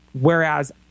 whereas